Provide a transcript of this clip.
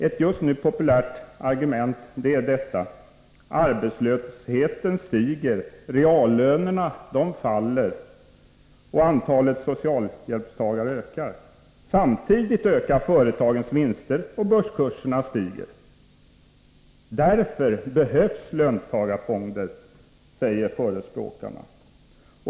Ett just nu populärt argument är detta: Arbetslösheten stiger, reallönerna faller, och antalet socialhjälpstagare ökar; samtidigt ökar företagens vinster, och börskurserna stiger; därför behövs löntagarfonder, säger förespråkarna.